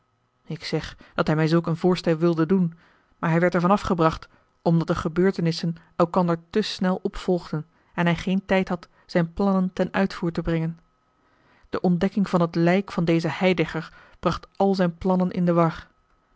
ik zeg dat hij mij zulk een voorstel wilde doen maar hij werd er van afgebracht omdat de gebeurtenissen elkander te snel opvolgden en hij geen tijd had zijn plannen ten uitvoer te brengen de ontdekking van het lijk van dezen heidegger bracht al zijn plannen in de war